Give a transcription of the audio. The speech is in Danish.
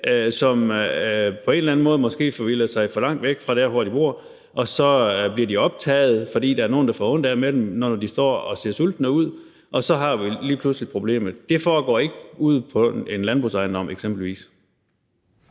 som på en eller anden måde måske forvilder sig for langt fra der, hvor de bor, og som så bliver optaget, fordi der er nogen, der får ondt af dem, når de står og ser sultne ud. Så har man lige pludselig problemet. Det foregår ikke ude på f.eks. en landbrugsejendom. Kl.